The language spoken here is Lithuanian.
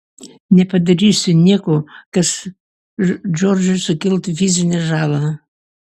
nepadarysiu nieko kas džordžui sukeltų fizinę žalą